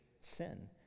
sin